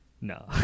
No